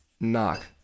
knock